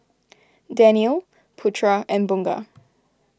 Daniel Putra and Bunga